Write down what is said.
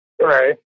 Right